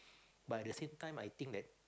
but at the same time I think that